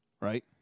right